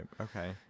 okay